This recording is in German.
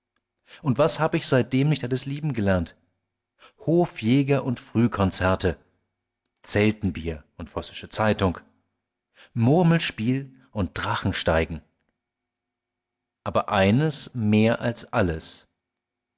und was hab ich seitdem nicht alles lieben gelernt hofjäger und frühkonzerte zeltenbier und vossische zeitung murmelspiel und drachensteigen aber eines mehr als alles